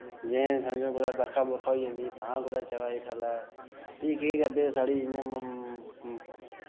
जि'यां समझो कुतै बरखा बुरखा होई जंदी तां कुतै चलो जी थल्लै फ्ही केह् करदे साढ़ी जि'यां मम